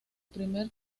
primer